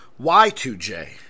Y2J